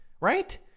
right